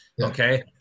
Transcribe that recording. Okay